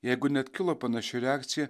jeigu net kilo panaši reakcija